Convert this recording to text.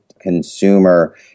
consumer